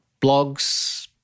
blogs